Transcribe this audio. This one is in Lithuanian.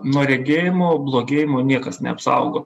nuo regėjimo blogėjimo niekas neapsaugo